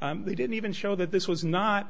they didn't even show that this was not